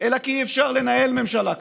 אלא כי אי-אפשר לנהל ממשלה כזאת.